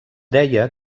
deia